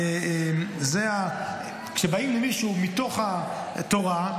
כשבאים למישהו מתוך התורה,